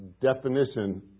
definition